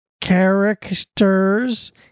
Characters